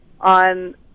on